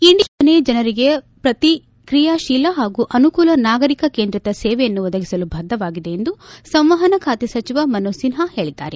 India post ಯೋಜನೆ ಜನರಿಗೆ ಪ್ರತಿಕ್ರಿಯಾಶೀಲ ಮತ್ತು ಅನುಕೂಲ ನಾಗರಿಕ ಕೇಂದ್ರಿತ ಸೇವೆಯನ್ನು ಒದಗಿಸಲು ಬದ್ದವಾಗಿದೆ ಎಂದು ಸಂವಹನ ಖಾತೆ ಸಚಿವ ಮನೋಜ್ ಸಿನ್ವ ಹೇಳಿದ್ದಾರೆ